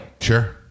Sure